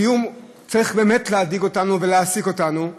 הדיור צריך באמת להדאיג אותנו ולהעסיק אותנו.